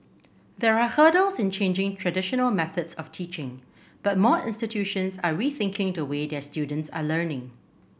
there are hurdles in changing traditional methods of teaching but more institutions are rethinking the way their students are learning